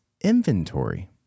Inventory